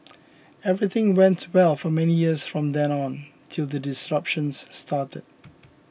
everything went well for many years from then on till the disruptions started